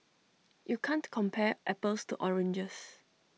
you can't compare apples to oranges